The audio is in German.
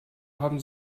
haben